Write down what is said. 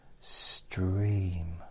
stream